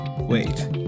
wait